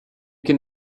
can